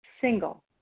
single